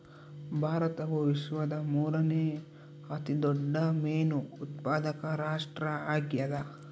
ಭಾರತವು ವಿಶ್ವದ ಮೂರನೇ ಅತಿ ದೊಡ್ಡ ಮೇನು ಉತ್ಪಾದಕ ರಾಷ್ಟ್ರ ಆಗ್ಯದ